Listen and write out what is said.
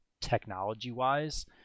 technology-wise